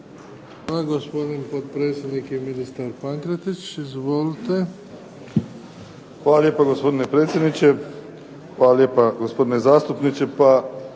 Hvala. Gospodin potpredsjednik i ministar Pankretić, izvolite. **Pankretić, Božidar (HSS)** Hvala lijepo gospodine predsjedniče. Hvala lijepa gospodine zastupniče, pa